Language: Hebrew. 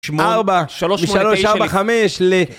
ארבע, משלוש, ארבע, חמש, ל... - (מדברים ביחד) שלוש, שמונה, תשע...